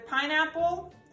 pineapple